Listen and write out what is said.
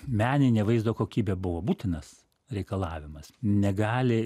meninė vaizdo kokybė buvo būtinas reikalavimas negali